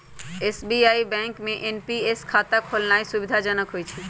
SBI bank में NPS खता खोलेनाइ सुविधाजनक होइ छइ